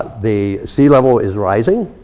the sea-level is rising.